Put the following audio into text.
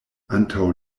antaŭ